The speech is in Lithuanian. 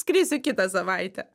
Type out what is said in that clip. skrisiu kitą savaitę